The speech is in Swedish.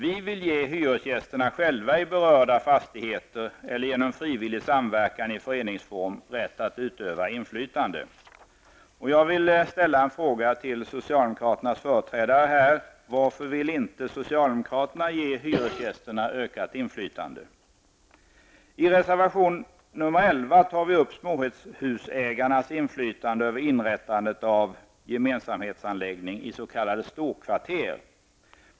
Vi vill ge hyresgästerna i berörda fastigheter rätt att utöva inflytande enskilt eller genom frivillig samverkan i föreningsform, och jag vill ställa en fråga till socialdemokraternas företrädare här: I reservation 11 tar vi upp småhusägarnas inflytande över inrättandet av gemensamhetsanläggning i s.k. storkvarter.